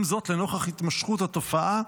עם זאת, נוכח התמשכות התופעה,